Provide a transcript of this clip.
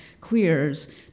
queers